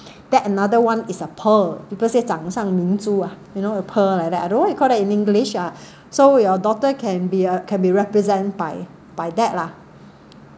then another one is a pearl people say 掌上明珠 ah you know a pearl like that I don't know what you call that in english ah so your daughter can be uh can be represent by by that lah